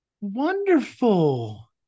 Wonderful